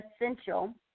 essential